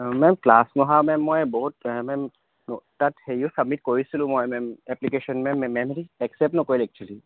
ma'am class নহাৰ ma'am মই বহুত মেম তাত হেৰিও ছাবমিট কৰিছিলোঁ মই মেম এপ্লিকেশ্যন মেম মেমহঁতে একচেপ্ট নকৰিলে একচুৱেলী